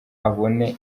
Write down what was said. abone